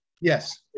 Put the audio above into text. Yes